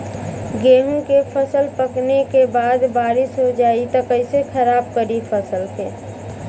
गेहूँ के फसल पकने के बाद बारिश हो जाई त कइसे खराब करी फसल के?